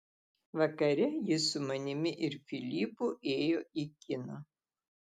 vakare jis su manimi ir filipu ėjo į kiną